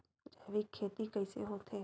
जैविक खेती कइसे होथे?